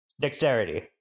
Dexterity